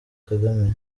kagame